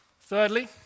Thirdly